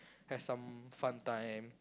have some fun time